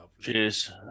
Cheers